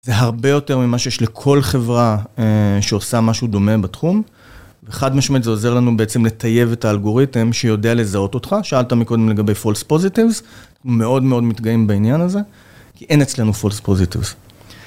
זה הרבה יותר ממה שיש לכל חברה שעושה משהו דומה בתחום, וחד משמעית זה עוזר לנו בעצם לטייב את האלגוריתם שיודע לזהות אותך, שאלת מקודם לגבי false positives, מאוד מאוד מתגאים בעניין הזה, כי אין אצלנו false positives.